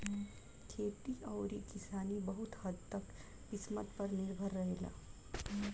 खेती अउरी किसानी बहुत हद्द तक किस्मत पर निर्भर रहेला